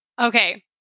Okay